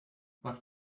but